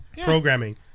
programming